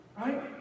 Right